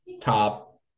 top